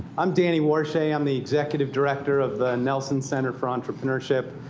i'm danny warshay. i'm the executive director of the nelson center for entrepreneurship.